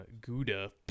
Gouda